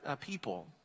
people